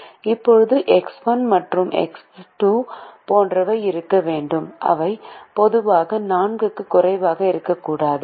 இப்போது எக்ஸ் 1 மற்றும் எக்ஸ் 2 போன்றவை இருக்க வேண்டும் அவை பொதுவாக 4 க்கும் குறைவாக இருக்கக்கூடாது